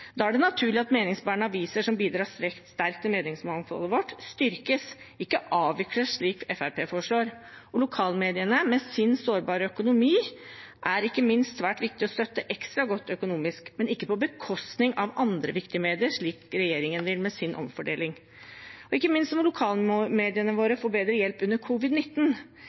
Da er det naturlig at meningsbærende aviser som bidrar sterkt til meningsmangfoldet vårt, styrkes – ikke avvikles, slik Fremskrittspartiet foreslår. Lokalmediene, med sin sårbare økonomi, er ikke minst svært viktig å støtte ekstra godt økonomisk, men ikke på bekostning av andre viktige medier, slik regjeringen vil med sin omfordeling. Ikke minst må lokalmediene våre få bedre hjelp under